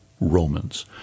Romans